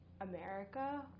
America